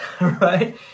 right